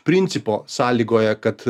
principo sąlygoja kad